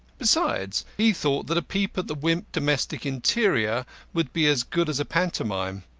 besides, he thought that a peep at the wimp domestic interior would be as good as a pantomime.